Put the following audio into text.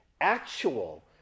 actual